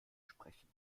sprechen